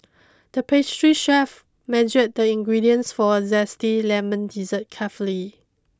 the pastry chef measured the ingredients for a zesty lemon dessert carefully